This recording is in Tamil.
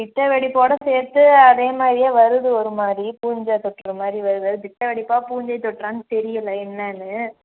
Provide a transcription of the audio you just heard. பித்த வெடிப்போட சேர்த்து அதேமாதிரியே வருது ஒரு மாதிரி பூஞ்சை தொற்று மாதிரி வருது அது பித்த வெடிப்பாக பூஞ்சை தொற்றான்னு தெரியலை என்னென்னு